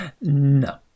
No